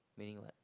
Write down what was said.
meaning what